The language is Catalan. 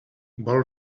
vol